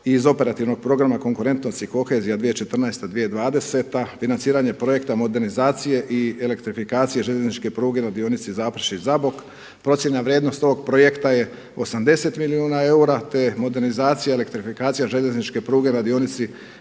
iz Operativnog programa Konkurentnost i kohezija 2014.-2020. financiranje projekta modernizacije i elektrifikacije željezničke pruge na dionici Zaprešić-Zabok. Procjena vrijednosti ovog projekta je 80 milijuna eura, te modernizacije i elektrifikacije željezničke pruge na dionici